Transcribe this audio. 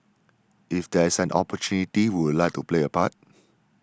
if there is an opportunity we would like to play a part